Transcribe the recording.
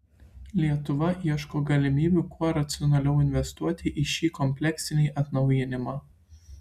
lietuva ieško galimybių kuo racionaliau investuoti į šį kompleksinį atnaujinimą